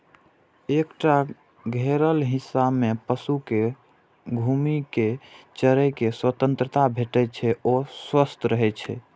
एकटा घेरल हिस्सा मे पशु कें घूमि कें चरै के स्वतंत्रता भेटै से ओ स्वस्थ रहै छै